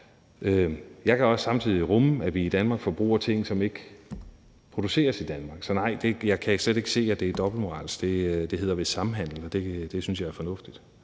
Jeg kan også samtidig rumme, at vi i Danmark forbruger ting, som ikke produceres i Danmark. Så nej, jeg kan slet ikke se, at det er dobbeltmoralsk; det hedder vist samhandel, og det synes jeg er fornuftigt.